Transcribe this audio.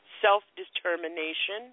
Self-Determination